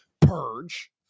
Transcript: purge